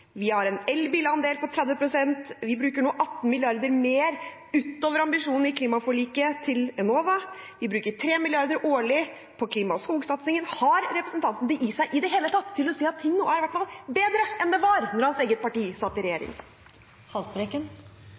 Vi har en elbil-andel på 30 pst. Vi bruker nå 18 mrd. kr mer, ut over ambisjonen i klimaforliket, til Enova. Vi bruker 3 mrd. kr årlig på klima- og skogsatsingen. Har representanten det i seg i det hele tatt til å si at ting nå i hvert fall er bedre enn da hans eget parti satt i regjering?